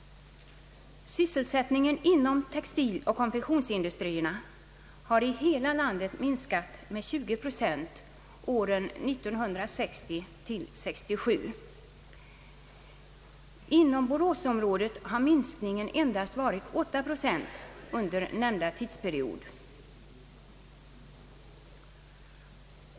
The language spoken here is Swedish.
Sysselsättningen inom Teko-industrierna har i hela landet minskat med 20 procent åren 1960—1967. Inom Boråsområdet har minskningen endast varit 8 procent under nämnda period.